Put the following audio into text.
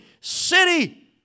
city